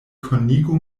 konigu